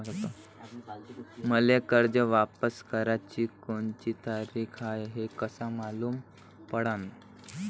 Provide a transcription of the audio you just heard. मले कर्ज वापस कराची कोनची तारीख हाय हे कस मालूम पडनं?